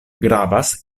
gravas